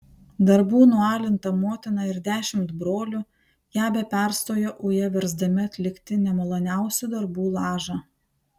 darbų nualinta motina ir dešimt brolių ją be perstojo uja versdami atlikti nemaloniausių darbų lažą